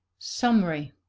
summary.